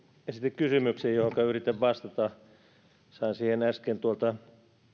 esitti kysymyksen johonka yritän vastata sain siihen äsken tuolta